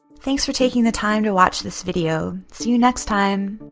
thanks for taking the time to watch this video. see you next time.